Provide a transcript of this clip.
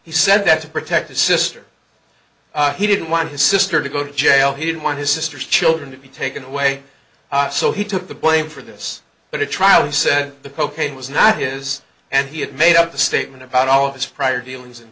he said that to protect his sister he didn't want his sister to go to jail he didn't want his sister's children to be taken away so he took the blame for this but a trial he said the cocaine was not his and he had made up the statement about all of his prior dealings and